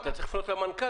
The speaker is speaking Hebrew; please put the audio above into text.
ליישוב מבוא מודיעין,